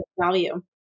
value